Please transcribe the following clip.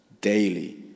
daily